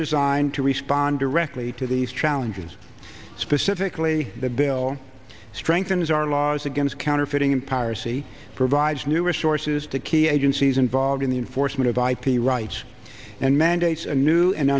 designed to respond directly to these challenges specifically the bill strengthens our laws against counterfeiting and piracy provides new resources to key agencies involved in the enforcement of ip rights and mandates a new and